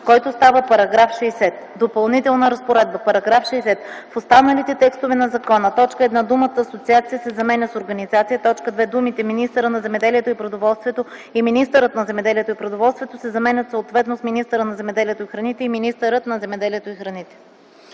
който става § 60: „Допълнителна разпоредба § 60. В останалите текстове на закона: 1. Думата „асоциация” се заменя с „организация”. 2. Думите „министъра на земеделието и продоволствието” и „министърът на земеделието и продоволствието” се заменят съответно с „министъра на земеделието и храните” и „министърът на земеделието и храните”.”